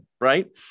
right